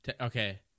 Okay